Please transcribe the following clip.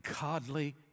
godly